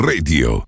Radio